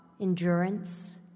endurance